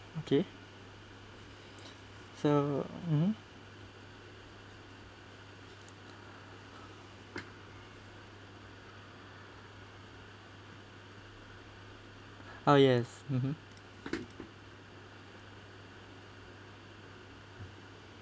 okay so mm oh yes mmhmm